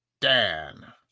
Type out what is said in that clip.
Dan